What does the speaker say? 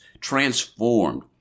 transformed